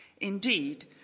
Indeed